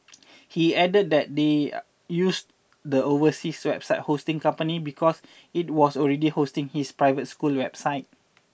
he added that they used the overseas website hosting company because it was already hosting his private school's website